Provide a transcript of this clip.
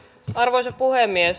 arvoisa puhemies